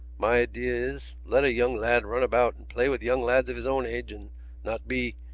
my idea is let a young lad run about and play with young lads of his own age and not be.